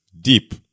deep